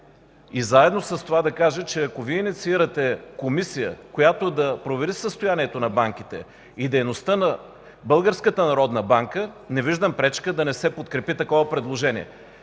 И заедно с това да кажа, че ако Вие инициирате Комисия, която да провери състоянието на банките и дейността на Българската народна банка, не виждам пречка да не се подкрепи такова предложение.